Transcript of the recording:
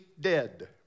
dead